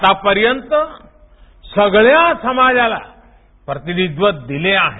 आतापर्यंत सगळ्या समाजाला प्रतिनिधित्व दिले आहे